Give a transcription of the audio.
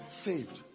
saved